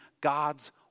God's